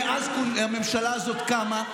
מאז שהממשלה הזו קמה,